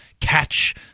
catch